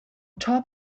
top